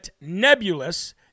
nebulous